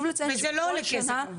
אבל זה לא עולה כסף?